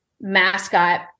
mascot